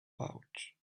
pouch